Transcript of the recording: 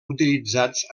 utilitzats